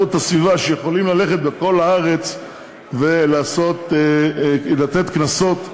הסביבה שיכולים ללכת לכל הארץ ולתת קנסות,